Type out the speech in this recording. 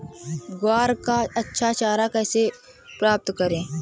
ग्वार का अच्छा चारा कैसे प्राप्त करें?